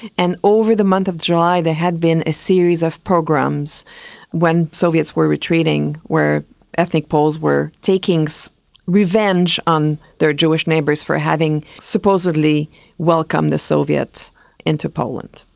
and over the month of july there had been a series of pogroms when soviets were retreating, where ethnic poles were taking so revenge on their jewish neighbours for having supposedly welcomed the soviets into poland.